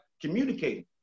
communicating